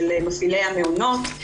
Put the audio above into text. של מפעילי המעונות,